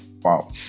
wow